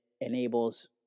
enables